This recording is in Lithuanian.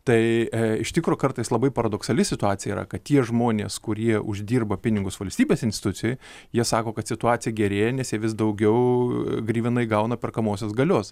tai iš tikro kartais labai paradoksali situacija yra kad tie žmonės kurie uždirba pinigus valstybės institucijoj jie sako kad situacija gerėja nes jie vis daugiau grivena įgauna perkamosios galios